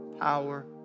power